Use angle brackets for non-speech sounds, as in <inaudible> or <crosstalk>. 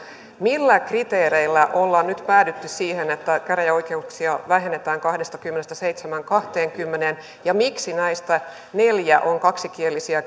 millä kriteereillä ollaan nyt päädytty siihen että käräjäoikeuksia vähennetään kahdestakymmenestäseitsemästä kahteenkymmeneen ja miksi näistä neljä on kaksikielisiä <unintelligible>